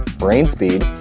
brain speed,